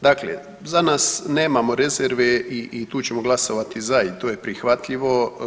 Dakle, za nas nemamo rezerve i tu ćemo glasovati za i to je prihvatljivo.